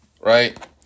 Right